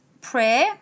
prayer